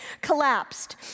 collapsed